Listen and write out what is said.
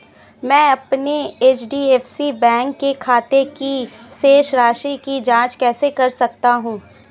मैं अपने HDFC bank के खाते की शेष राशि की जाँच कैसे कर सकता हूँ?